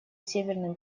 северным